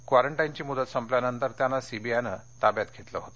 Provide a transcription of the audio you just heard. क्वारंटाइनची मुदत संपल्यानंतर त्यांना सीबीआयने ताब्यात घेतले होते